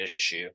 issue